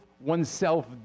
oneself